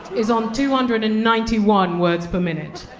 is on two hundred and ninety one words per minute.